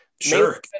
sure